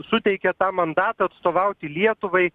suteikė tą mandatą atstovauti lietuvai